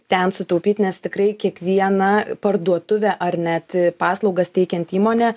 ten sutaupyt nes tikrai kiekviena parduotuvė ar net paslaugas teikianti įmonė